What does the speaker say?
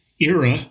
era